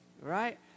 Right